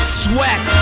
sweat